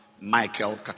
Michael